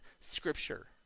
Scripture